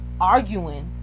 arguing